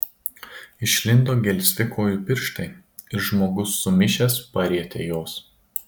išlindo gelsvi kojų pirštai ir žmogus sumišęs parietė juos